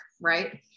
right